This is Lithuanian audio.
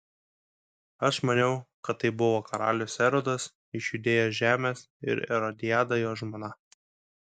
aš maniau kad tai buvo karalius erodas iš judėjos žemės ir erodiada jo žmona